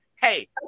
Hey